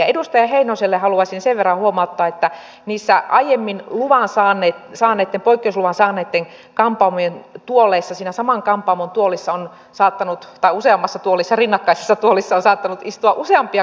edustaja heinoselle haluaisin sen verran huomauttaa että niissä aiemmin poikkeusluvan saaneitten kampaamojen tuoleissa siinä saman kampaamon tuolissa tai useammassa tuolissa rinnakkaisessa tuolissa on saattanut istua useampia naiskansanedustajia